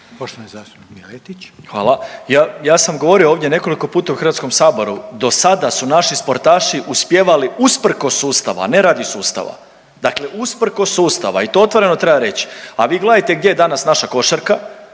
Marin (MOST)** Hvala. Ja sam govorio ovdje nekoliko puta u Hrvatskom saboru. Do sada su naši sportaši uspijevali usprkos sustava, a ne radi sustava. Dakle, usprkos sustava i to otvoreno treba reći, a vi gledajte gdje je danas naša košarka.